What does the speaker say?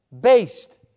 based